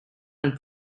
and